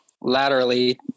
laterally